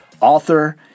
author